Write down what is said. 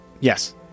Yes